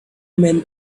men